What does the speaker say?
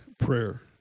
prayer